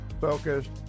focused